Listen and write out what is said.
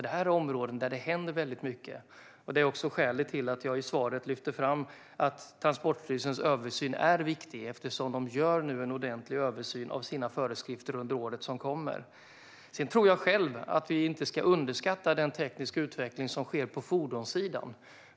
Detta är områden där det händer mycket. Det är skälet till att jag i svaret lyfter fram att Transportstyrelsens översyn är viktig eftersom de nu gör en ordentlig genomgång av sina föreskrifter under året som kommer. Jag själv tror att vi inte ska underskatta den tekniska utveckling som sker på fordonssidan.